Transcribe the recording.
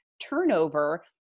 turnover